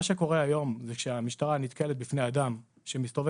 מה שקורה היום זה שהמשטרה נתקלת בבן אדם שמסתובב